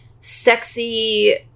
sexy